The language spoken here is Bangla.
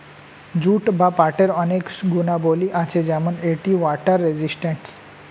জুট বা পাটের অনেক গুণাবলী আছে যেমন এটি ওয়াটার রেজিস্ট্যান্স